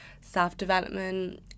self-development